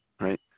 right